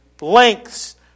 lengths